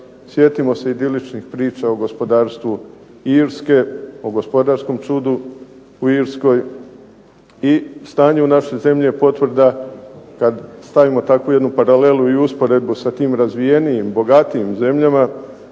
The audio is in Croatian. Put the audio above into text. Sjetimo se idiličnih priča o gospodarstvu Irske, o gospodarskom čudu u Irskoj. I stanje u našoj zemlji je potvrda kad stavimo takvu jednu paralelu i usporedbu sa tim razvijenijim, bogatijim zemljama